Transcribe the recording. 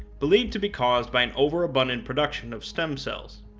believed to be caused by an over abundant production of stem cells.